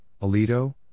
Alito